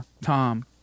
Tom